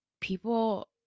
people